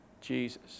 Jesus